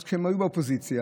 כשהם עוד היו באופוזיציה.